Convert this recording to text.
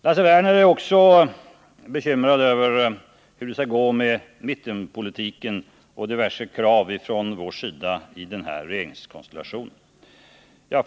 Lasse Werner är också bekymrad över hur det i den här regeringskonstellationen skall gå med mittenpolitiken och en del av våra krav.